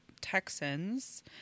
Texans